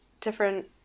different